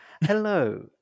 Hello